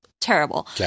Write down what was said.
terrible